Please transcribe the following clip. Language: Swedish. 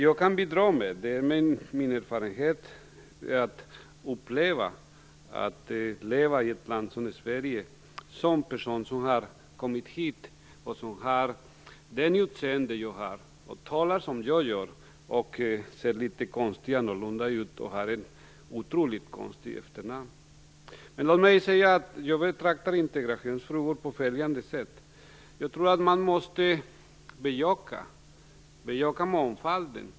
Jag kan bidra med min erfarenhet av att leva i ett land som Sverige - som en person som har kommit hit med det utseende jag har, som talar som jag gör, som ser litet annorlunda ut och som har ett otroligt konstigt efternamn. Jag betraktar integrationsfrågor på följande sätt: Jag tror att man måste bejaka mångfalden.